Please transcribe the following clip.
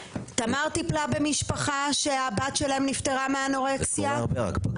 אני חושבת שבאמת נעשה הרבה מאוד בעניין של טיפולי יום.